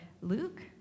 Luke